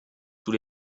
tous